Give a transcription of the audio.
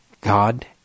God